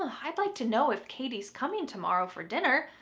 ah i'd like to know if katie's coming tomorrow for dinner.